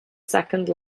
second